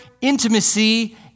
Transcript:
intimacy